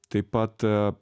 taip pat